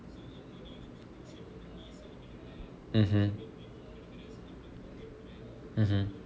mmhmm mmhmm